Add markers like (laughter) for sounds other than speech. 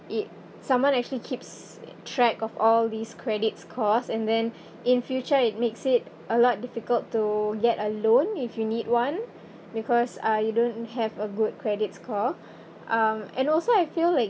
it someone actually keeps track of all these credits scores and then in future it makes it a lot difficult to get a loan if you need one because uh you don't have a good credit score (breath) um and also I feel like